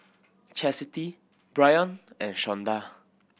Chastity Brion and Shawnda